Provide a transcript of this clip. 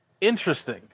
Interesting